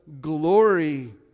glory